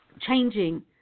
changing